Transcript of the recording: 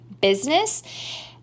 business